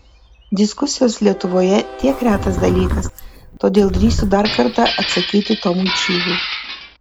diskusijos lietuvoje tiek retas dalykas todėl drįsiu dar kartą atsakyti tomui čyvui